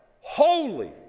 Holy